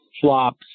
flops